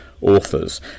Authors